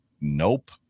Nope